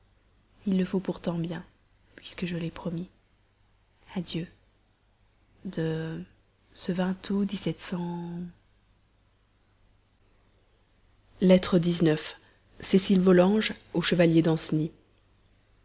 il le faut pourtant bien puisque je l'ai promis adieu de ce lettre xxx cécile volanges au chevalier danceny